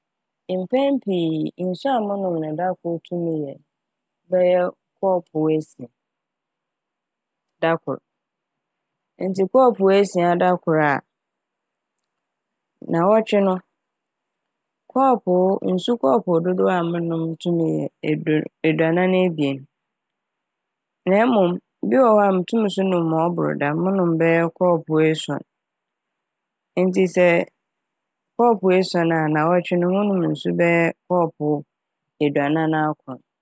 Mpɛn pii nsu a monom no da kor tum yɛ bɛyɛ kɔɔpow esia dakor. Ntsi kɔɔpow esia da kor a naawɔtwe no kɔɔpow nsu kɔɔpow dodow a monom tum yɛ eduo - eduanan ebien na emom bi wɔ hɔ a mutum so nom ma ɔbor dɛm, monom bɛyɛɛ kɔɔpow esuon ntsi sɛ kɔɔpow esuon a naawɔtwe no monom nsu bɛyɛ kɔɔpow eduanan akron.